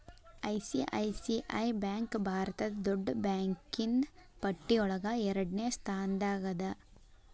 ICICI bank ಭಾರತದ್ ದೊಡ್ಡ್ ಬ್ಯಾಂಕಿನ್ನ್ ಪಟ್ಟಿಯೊಳಗ ಎರಡ್ನೆ ಸ್ಥಾನ್ದಾಗದ